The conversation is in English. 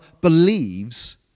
believes